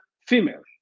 female